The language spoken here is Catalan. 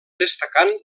destacant